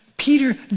Peter